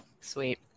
Sweet